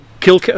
kill